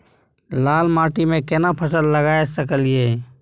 लाल माटी में केना फसल लगा सकलिए?